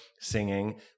singing